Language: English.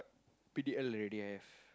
P_D_L already have